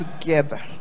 together